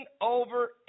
over